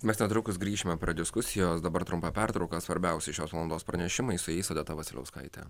mes netrukus grįšime prie diskusijos dabar trumpą pertrauką svarbiausi šios valandos pranešimai su jais odeta vasiliauskaitė